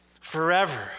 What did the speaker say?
forever